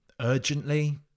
urgently